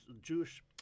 Jewish